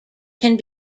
can